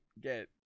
get